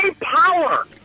Power